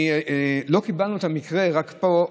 לא קיבלנו את המקרה אלא רק פה,